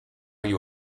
you